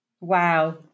Wow